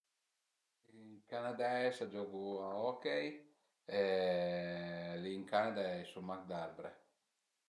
I canadeis a giögu a hockey e li ën Canada a i sun mach d'arbre